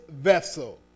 vessel